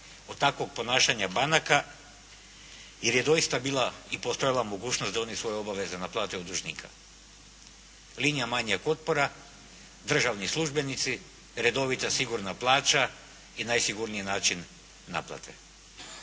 od takvog ponašanja banaka jer je doista bila i postojala mogućnost da oni svoje obaveze naplate od dužnika. Linija manjeg otpora, državni službenici, redovita, sigurna plaća i najsigurniji način naplate.